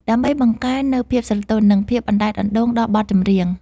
ដើម្បីបង្កើននូវភាពស្រទន់ និងភាពអណ្តែតអណ្តូងដល់បទចម្រៀង។